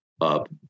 up